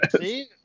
See